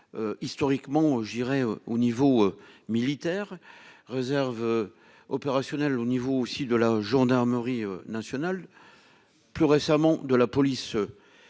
Historiquement, je dirais au niveau militaire réserve. Opérationnelle au niveau aussi de la gendarmerie nationale. Plus récemment, de la police.